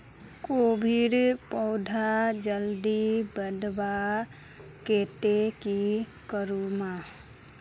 कोबीर पौधा जल्दी बढ़वार केते की करूम?